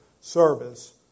service